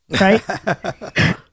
right